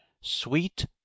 Sweet